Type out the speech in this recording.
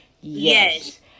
Yes